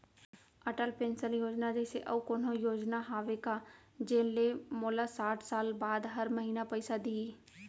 Atal pension योजना जइसे अऊ कोनो योजना हावे का जेन ले मोला साठ साल बाद हर महीना पइसा दिही?